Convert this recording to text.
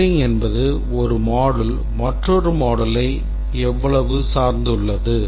Coupling என்பது ஒரு module மற்றொரு moduleயை எவ்வளவு சார்ந்துள்ளது